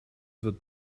wird